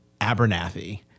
Abernathy